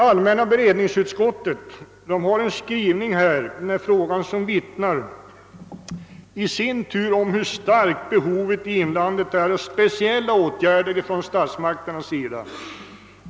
Allmänna beredningsutskottets skrivning i frågan belyser som sagt också hur stort behovet i inlandet är av speciella åtgärder från statsmakternas sida.